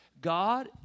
God